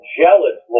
jealous